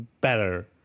better